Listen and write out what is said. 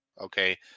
okay